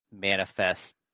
manifest